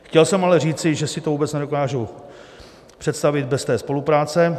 Chtěl jsem ale říci, že si to vůbec nedokážu představit bez té spolupráce.